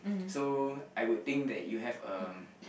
so I would think that you have a